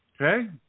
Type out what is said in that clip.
Okay